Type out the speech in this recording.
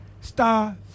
star